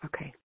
Okay